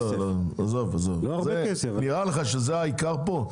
לא, לא עזוב עזוב, נראה לך שזה העיקר פה?